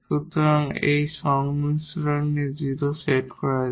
সুতরাং যদি এই সংমিশ্রণটি 0 এ সেট করা হয়